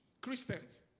Christians